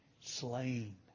slain